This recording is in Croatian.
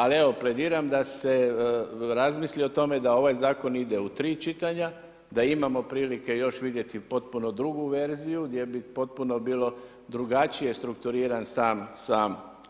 Ali evo plediram da se razmisli o tome da ovaj zakon ide u tri čitanja, da imamo prilike još vidjeti potpuno drugu verziju gdje bi potpuno bilo drugačije strukturiran